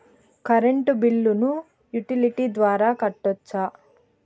Current బిల్లును utility ద్వారా కట్టొచ్చా?